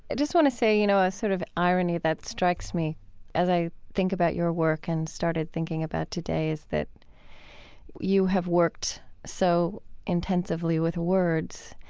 just want to say, you know, a sort of irony that strikes me as i think about your work and started thinking about today is that you have worked so intensively with words,